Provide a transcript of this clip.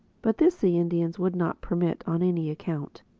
but this the indians would not permit on any account.